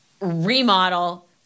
remodel